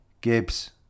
Gibbs